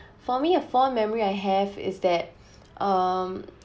for me a fond memory I have is that um